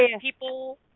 people